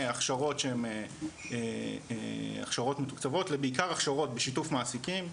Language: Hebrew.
מהכשרות שהן הכשרות מתוקצבות בעיקר להכשרות בשיתוף מעסיקים,